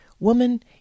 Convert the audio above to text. Woman